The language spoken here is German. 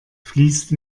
fließt